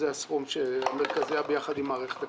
הסכום הזה הוא עבור המרכזיה ביחד עם מערכת הכריזה.